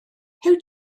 huw